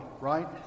right